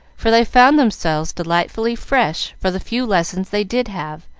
for they found themselves delightfully fresh for the few lessons they did have,